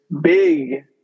big